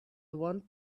want